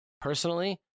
Personally